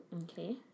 okay